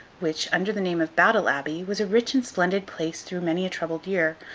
which, under the name of battle abbey, was a rich and splendid place through many a troubled year,